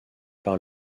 par